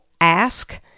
ask